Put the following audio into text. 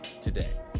today